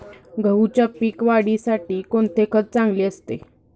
गहूच्या पीक वाढीसाठी कोणते खत चांगले असते?